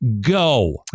Go